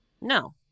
No